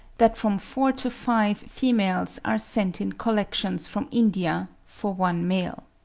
that from four to five females are sent in collections from india for one male.